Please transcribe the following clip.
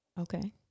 Okay